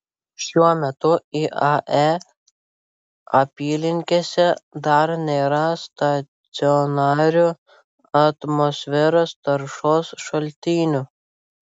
šiuo metu iae apylinkėse dar nėra stacionarių atmosferos taršos šaltinių